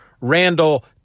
Randall